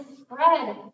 spread